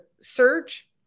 search